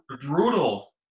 Brutal